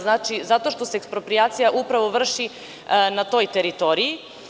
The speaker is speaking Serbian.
Znači, zato što se eksproprijacija vrši na toj teritoriji.